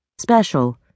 special